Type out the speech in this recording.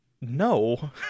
No